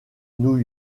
new